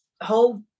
whole